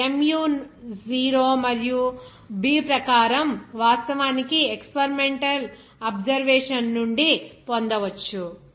ఈ mu0 మరియు b ప్రకారం వాస్తవానికి ఎక్స్పెరిమెంటల్ అబ్సర్వేషన్ నుండి పొందవచ్చు